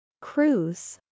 Cruise